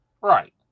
Right